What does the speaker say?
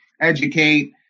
educate